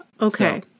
Okay